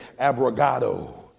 abrogado